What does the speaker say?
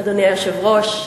אדוני היושב-ראש,